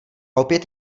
opět